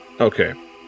okay